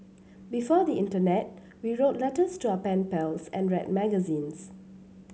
before the internet we wrote letters to our pen pals and read magazines